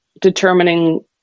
determining